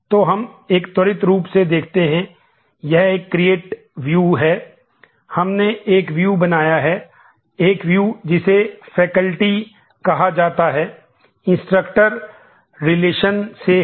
तो हम एक त्वरित रूप से देखते हैं यह एक क्रिएट व्यू से कर रहे हैं